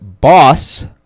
boss